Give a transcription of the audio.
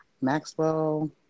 Maxwell